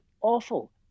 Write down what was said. awful